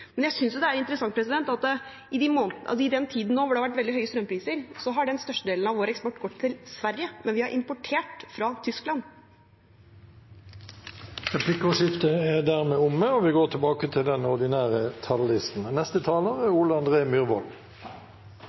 jo i hyppig endring. Men jeg synes det er interessant at i den tiden nå hvor det har vært veldig høye strømpriser, har den største delen av vår eksport gått til Sverige, mens vi har importert fra Tyskland. Replikkordskiftet er dermed omme.